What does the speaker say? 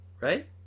Right